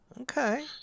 Okay